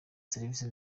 serivisi